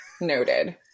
Noted